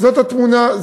זאת התמונה,